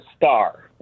star